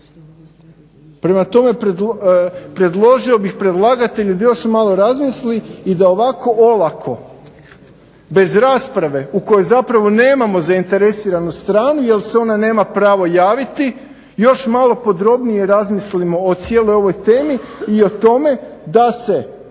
Prema tome predložio bih predlagatelju da još malo razmisli i da ovako olako bez rasprave u kojoj zapravo nemamo zainteresiranu stranu jel se ona nema pravo javiti još malo podrobnije razmislimo o cijeloj ovoj temi i o tome da se